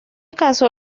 caso